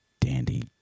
dandy